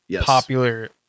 popular